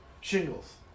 shingles